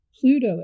Pluto